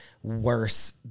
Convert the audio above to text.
worse